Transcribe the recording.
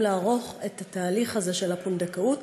לערוך את התהליך הזה של הפונדקאות,